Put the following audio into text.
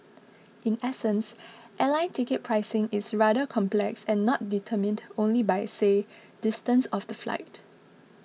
in essence airline ticket pricing is rather complex and not determined only by say distance of the flight